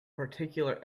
particular